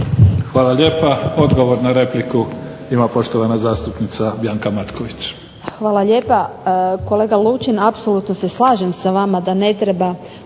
Hvala lijepa. Odgovor na repliku ima poštovana zastupnica Bianca Matković.